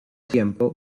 tiempo